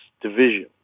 division